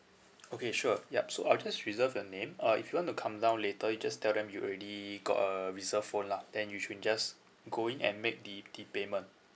okay sure yup so I'll just reserve your name uh if you want to come down later you just tell them you already got a reserved phone lah then you should just go in and make the the payment